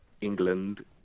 England